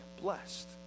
blessed